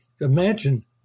imagine